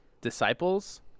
disciples